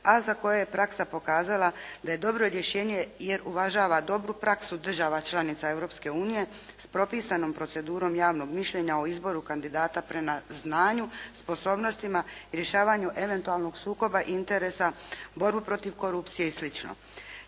a za koje je praksa pokazala da je dobro rješenje jer uvažava dobru praksu država članica Europske unije s propisanom procedurom javnog mišljenja o izboru kandidata prema znanju, sposobnostima i rješavanju eventualnog sukoba interesa, borbu protiv korupcije i